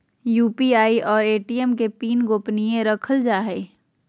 UPI और ATM के PIN गोपनीय रखल जा हइ